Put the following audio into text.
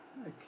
Okay